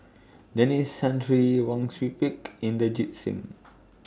Denis Santry Wang Sui Pick Inderjit Singh